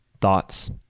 thoughts